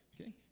Okay